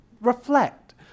reflect